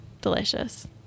delicious